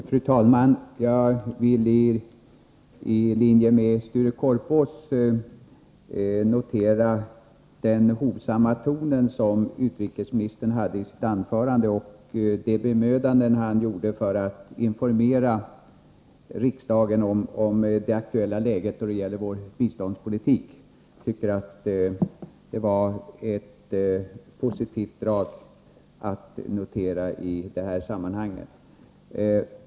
Fru talman! Jag vill i linje med Sture Korpås notera den hovsamma ton som utrikesministern hade i sitt anförande och de bemödanden han gjorde för att informera riksdagen om det aktuella läget då det gäller vår biståndspolitik. Det var ett positivt drag jag kunde notera i detta sammanhang.